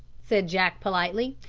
said jack politely.